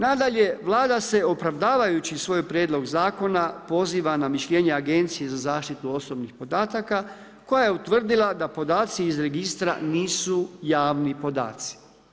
Nadalje, Vlada se, opravdavajući svoj prijedlog zakona, poziva na mišljenje Agencije za zaštitu osobnih podataka koja je utvrdila da podaci iz registra nisu javni podaci.